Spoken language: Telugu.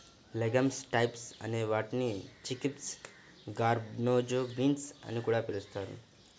లెగమ్స్ టైప్స్ అనే వాటిని చిక్పీస్, గార్బన్జో బీన్స్ అని కూడా పిలుస్తారు